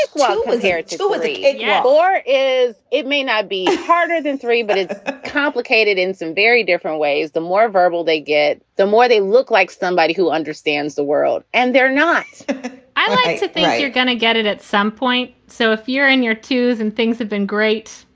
was was here at school? was it yeah or is it may not be harder than three, but it's complicated in some very different ways. the more verbal they get, the more they look like somebody who understands the world and they're not i like to think you're going to get it at some point. so if you're in your twos and things have been great,